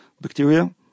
bacteria